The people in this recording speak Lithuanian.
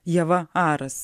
ieva aras